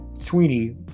Sweeney